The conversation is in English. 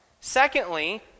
secondly